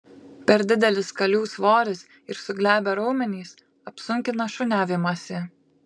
per didelis kalių svoris ir suglebę raumenys apsunkina šuniavimąsi